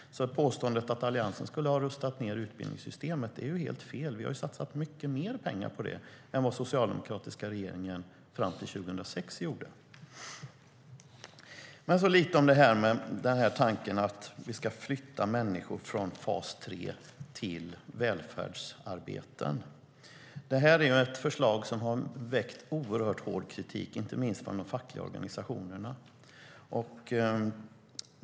Påståendet att Alliansen skulle ha rustat ned utbildningssystemet är alltså helt fel. Vi har satsat mycket mer pengar på det än vad den socialdemokratiska regeringen fram till 2006 gjorde. Jag vill tala lite om tanken att vi ska flytta människor från fas 3 till välfärdsarbeten. Det är ett förslag som har väckt oerhört hård kritik, inte minst från de fackliga organisationerna.